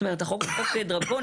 זאת אומרת, החוק הוא חוק דרקוני.